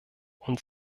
und